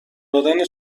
دادن